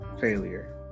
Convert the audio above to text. failure